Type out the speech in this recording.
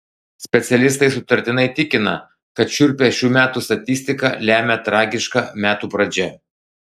specialistai sutartinai tikina kad šiurpią šių metų statistiką lemia tragiška metų pradžia